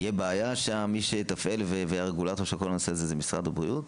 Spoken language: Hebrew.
תהיה בעיה שמי שיתפעל את זה ויהיה הרגולטור זה משרד הבריאות?